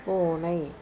பூனை